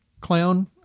clown